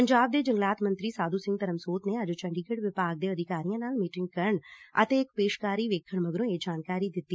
ਪੰਜਾਬ ਦੇ ਜੰਗਲਾਤ ਮੰਤਰੀ ਸਾਧੁ ਸਿੰਘ ਧਰਮਸੋਤ ਨੇ ਅੱਜ ਚੰਡੀਗੜ ਵਿਭਾਗ ਦੇ ਅਧਿਕਾਰੀਆਂ ਨਾਲ ਮੀਟਿੰਗ ਕਰਨ ਅਤੇ ਇੱਕ ਪੇਸ਼ਕਾਰੀ ਵੇਖਣ ਮਗਰੋ' ਇਹ ਜਾਣਕਾਰੀ ਦਿੱਤੀ